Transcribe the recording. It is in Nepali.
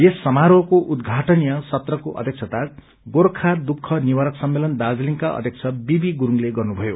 यस समारोहको उद्घाटनीय सत्रको अध्यक्षता गोर्खा दुःख निवारक सम्लन दार्जीलिङका अध्यक्ष बीबी गुरूङले गर्नु भयो